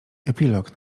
epilog